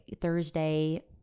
Thursday